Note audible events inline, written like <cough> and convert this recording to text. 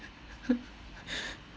<laughs>